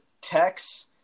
Tex